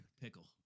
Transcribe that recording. Pickle